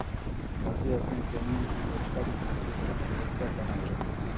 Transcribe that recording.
मुझे अपनी ज़मीन की उत्पादन शक्ति बढ़ाने के लिए क्या करना होगा?